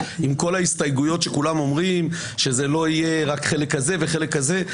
עם כל ההסתייגויות שכולם אמרו שזה לא יהיה רק חלק כזה וחלק כזה.